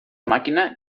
màquina